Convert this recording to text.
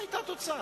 מה היתה התוצאה?